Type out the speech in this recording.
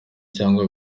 cyangwa